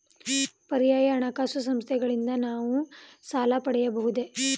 ಪರ್ಯಾಯ ಹಣಕಾಸು ಸಂಸ್ಥೆಗಳಿಂದ ನಾವು ಸಾಲ ಪಡೆಯಬಹುದೇ?